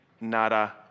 nada